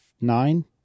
nine